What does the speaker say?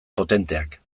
potenteak